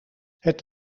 het